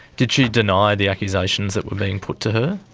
did she deny the accusations that were being put to her?